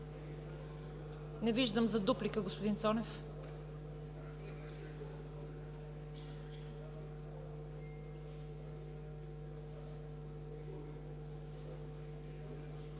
Не виждам. За дуплика – господин Цонев.